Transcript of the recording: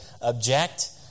object